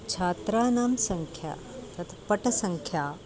छात्राणां सङ्ख्या तत् पटसङ्ख्या